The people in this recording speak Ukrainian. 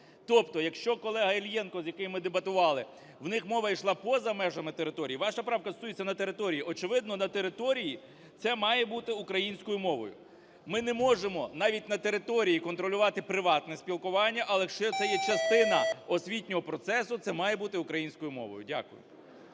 Тобто якщо колега Іллєнко, з яким ми дебатували, в них мова йшла поза межами територій, ваша правка стосується на території. Очевидно, на території це має бути українською мовою. Ми не можемо навіть на території контролювати приватне спілкування, але якщо це є частина освітнього процесу, це має бути українською мовою. Дякую.